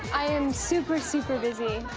i am super, super busy.